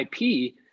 ip